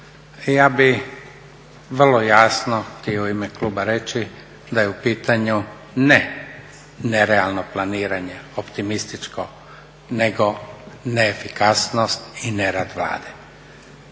ja bih vrlo jasno htio u ime kluba reći da je u pitanju ne nerealno planiranje optimističko nego neefikasnost i nerad Vlade.